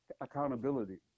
accountability